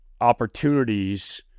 opportunities